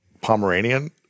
Pomeranian